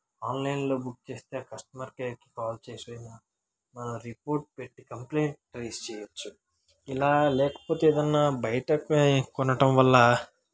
ఆన్లైన్లో బుక్ చేస్తే కస్టమర్ కేర్కి కాల్ చేసి రిపోర్ట్ పెట్టి కంప్లైంట్ రైస్ చెయొచ్చు ఇలా లేకపోతే ఏదైనా బయటకి కొనటం వల్ల